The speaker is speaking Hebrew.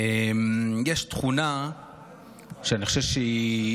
יש תכונה שאני חשוב שהיא